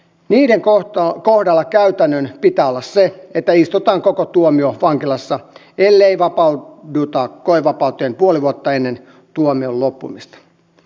niiden kohdalla käytännön pitää olla se että istutaan koko tuomio vankilassa ellei vapauduta koevapauteen puoli vuotta ennen tuomion loppumista